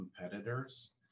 competitors